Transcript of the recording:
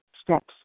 steps